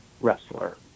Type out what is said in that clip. wrestler